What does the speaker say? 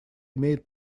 имеет